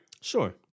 Sure